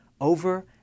over